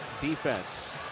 defense